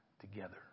together